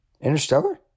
interstellar